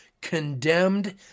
condemned